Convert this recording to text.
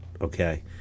okay